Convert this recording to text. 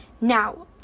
Now